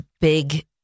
big